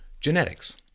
genetics